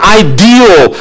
ideal